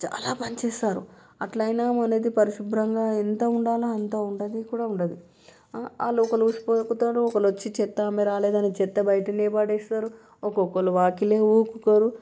చాల పని చేస్తారు అట్లయినా మనది పరిశుభ్రంగా ఎంత ఉండాలో అంతా ఉండదు కూడా ఉండదు ఆ లోపల ఒకరు వచ్చి చెత్త ఆమె రాలేదని చెత్త బయటనే పడేస్తారు ఒక్కొక్కరు వాకిలి నూకూకోరు